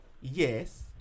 Yes